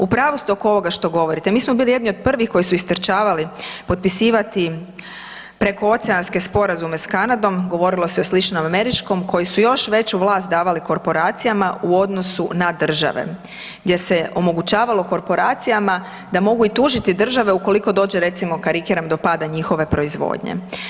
U pravu ste oko ovoga što govorite, mi smo bili jedni od prvih koji su istrčavali potpisivati prekooceanske sporazume s Kanadom, govorilo se o sličnom američkom, koji su još veću vlast davali korporacijama u odnosu na države gdje se je omogućavalo korporacijama da mogu i tužiti države ukoliko dođe recimo karikiram do pada njihove proizvodnje.